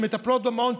יש מטפלות במעון,